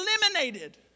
eliminated